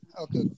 Okay